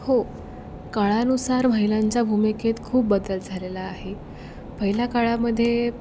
हो काळानुसार महिलांच्या भूमिकेत खूप बदल झालेला आहे पहिल्या काळामध्ये